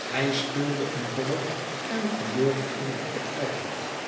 hij speelde een robber en verloor iedere partij